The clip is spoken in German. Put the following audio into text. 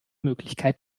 möglichkeit